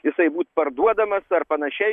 jisai būt parduodamas ar panašiai